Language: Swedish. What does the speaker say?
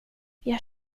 jag